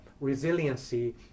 resiliency